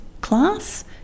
class